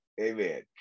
Amen